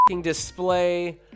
display